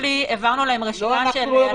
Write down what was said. אני חוזרת לנוסח של החוברת הכחולה.